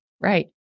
Right